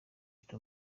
ati